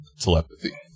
telepathy